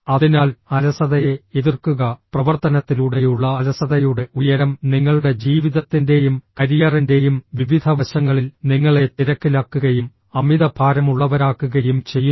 അതിനാൽ അലസതയെ എതിർക്കുക പ്രവർത്തനത്തിലൂടെയുള്ള അലസതയുടെ ഉയരം നിങ്ങളുടെ ജീവിതത്തിന്റെയും കരിയറിന്റെയും വിവിധ വശങ്ങളിൽ നിങ്ങളെ തിരക്കിലാക്കുകയും അമിതഭാരമുള്ളവരാക്കുകയും ചെയ്യുന്നു